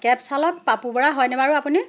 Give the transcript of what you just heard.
cab চালক পাপু বৰা হয়নে বাৰু আপুনি